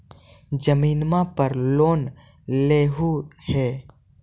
जमीनवा पर लोन लेलहु हे?